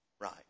right